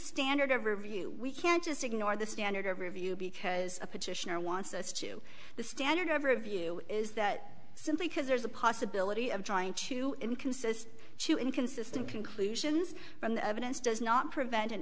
standard of review we can't just ignore the standard of review because a petitioner wants us to the standard of review is that simply because there's a possibility of trying to inconsistent to inconsistent conclusions from the evidence does not prevent an